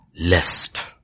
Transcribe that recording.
lest